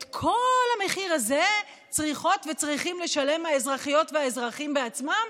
את כל המחיר הזה צריכות וצריכים לשלם האזרחיות והאזרחים בעצמם,